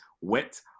wet